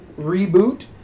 reboot